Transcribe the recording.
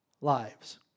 lives